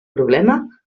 problema